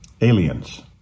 aliens